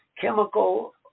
chemical